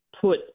put